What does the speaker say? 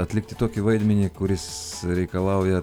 atlikti tokį vaidmenį kuris reikalauja